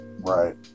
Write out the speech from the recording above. Right